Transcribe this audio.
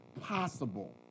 possible